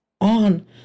on